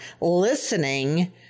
listening